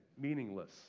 meaningless